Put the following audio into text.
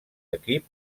equip